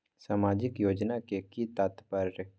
सामाजिक योजना के कि तात्पर्य?